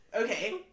Okay